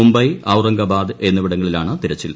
മുംബൈ ഔറംഗാബ്ദി എന്നിവിടങ്ങളിലാണ് തിരച്ചിൽ